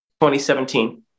2017